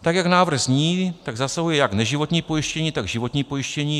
Tak jak návrh zní, tak zasahuje jak neživotní pojištění, tak životní pojištění.